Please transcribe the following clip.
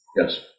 Yes